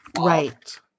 Right